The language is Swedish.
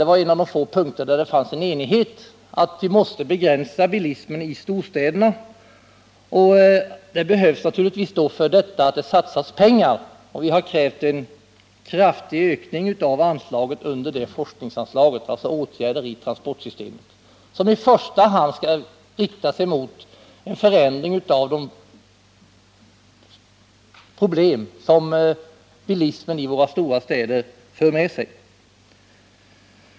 Det var en av de få punkter där det rådde enighet — att vi måste begränsa bilismen i storstäderna. Det behövs naturligtvis då att det satsas pengar, och vi har krävt en kraftig ökning under det forskningsanslaget, alltså åtgärder inom transportsystemet, som i första hand skall rikta sig mot de problem bilismen i våra storstäder för med sig.